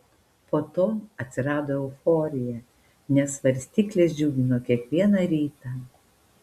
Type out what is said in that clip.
po to atsirado euforija nes svarstyklės džiugino kiekvieną rytą